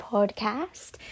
Podcast